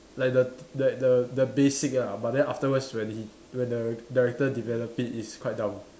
like the the the the basic ah but then afterwards when he when the director develop it it's quite dumb